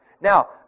Now